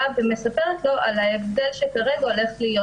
ומספרת לו על ההבדל שכרגע הולך להיות,